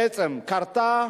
בעצם חרתה